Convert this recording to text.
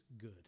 good